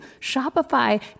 Shopify